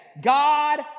God